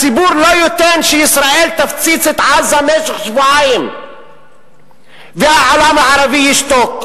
הציבור לא ייתן שישראל תפציץ את עזה במשך שבועיים והעולם הערבי ישתוק.